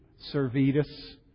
Servetus